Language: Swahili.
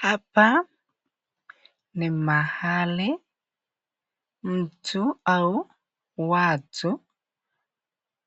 Hapa ni mahali mtu au watu